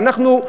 ואנחנו,